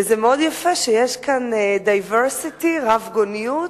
וזה מאוד יפה שיש כאן diversity, רבגוניות,